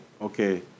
okay